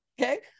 okay